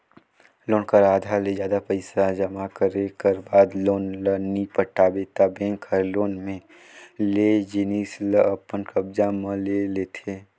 loan कर आधा ले जादा पइसा जमा करे कर बाद लोन ल नी पटाबे ता बेंक हर लोन में लेय जिनिस ल अपन कब्जा म ले लेथे